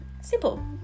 simple